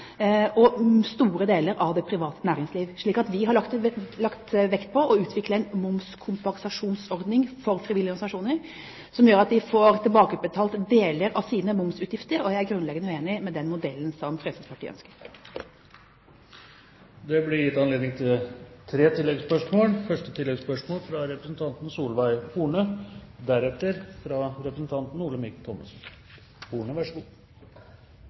og store deler av det private næringsliv. Vi har lagt vekt på å utvikle en momskompensasjonsordning for frivillige organisasjoner som gjør at de får tilbakebetalt deler av sine momsutgifter, og jeg er grunnleggende uenig i den modellen som Fremskrittspartiet ønsker. Det blir gitt anledning til tre oppfølgingsspørsmål – først Solveig Horne.